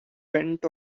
went